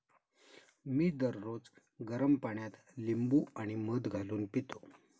मी दररोज गरम पाण्यात लिंबू आणि मध घालून पितो